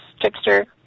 Trickster